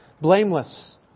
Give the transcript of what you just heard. blameless